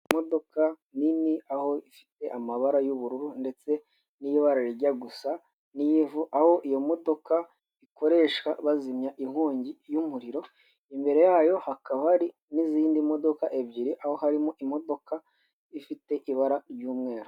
Imodoka nini aho ifite amabara y'ubururu ndetse n'ibara rijya gusa n'ivu, aho iyo modoka ikoreshwa bazimya inkongi y'umuriro, imbere yayo hakaba hari n'izindi modoka ebyiri aho harimo imodoka ifite ibara ry'umweru.